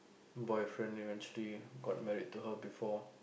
boyfriend eventually got married to her before